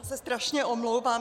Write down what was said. Já se strašně omlouvám.